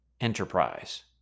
enterprise